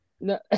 No